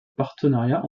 partenariat